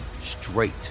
straight